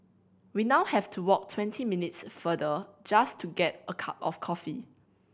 we now have to walk twenty minutes farther just to get a cup of coffee